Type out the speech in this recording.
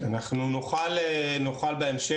אנחנו נוכל בהמשך,